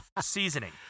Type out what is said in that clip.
seasoning